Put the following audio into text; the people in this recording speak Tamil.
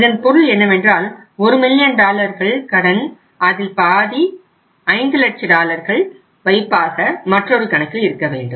இதன் பொருள் என்னவென்றால் ஒரு மில்லியன் டாலர்கள் கடன் அதில் பாதி 5 லட்ச டாலர்கள் வைப்பாக மற்றொரு கணக்கில் இருக்க வேண்டும்